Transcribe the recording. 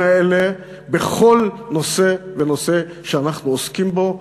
האלה בכל נושא ונושא שאנחנו עוסקים בו,